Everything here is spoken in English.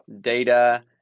data